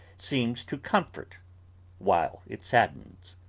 seems to comfort while it saddens.